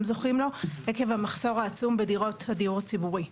זוכים לו עקב המחסור העצום בדירות הדיור הציבורי.